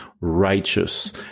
righteous